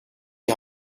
die